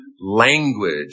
language